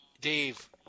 Dave